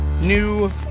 new